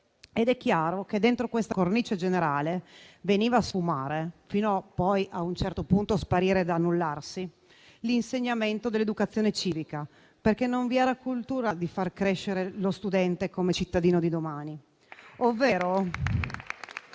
È chiaro che dentro questa cornice generale veniva a sfumare, fino poi a sparire e ad annullarsi, l'insegnamento dell'educazione civica, perché non vi è la cultura di far crescere lo studente come cittadino di domani